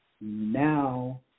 Now